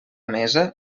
mesa